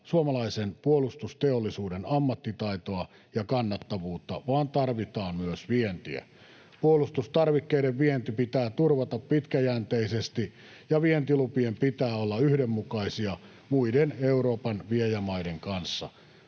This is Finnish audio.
suomalaisen puolustusteollisuuden ammattitaitoa ja kannattavuutta, vaan tarvitaan myös vientiä. Puolustustarvikkeiden vienti pitää turvata pitkäjänteisesti, ja vientilupien pitää olla yhdenmukaisia muiden Euroopan viejämaiden kanssa.